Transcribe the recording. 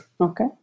Okay